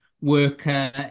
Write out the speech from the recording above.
worker